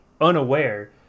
unaware